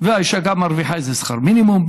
והאישה גם מרוויחה איזה שכר מינימום,